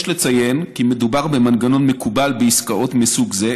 יש לציין כי מדובר במנגנון מקובל בעסקאות מסוג זה,